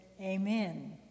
Amen